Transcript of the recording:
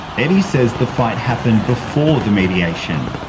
eddie says the fight happened before the mediation.